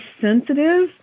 sensitive